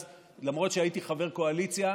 למרות שהייתי אז חבר קואליציה,